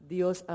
Dios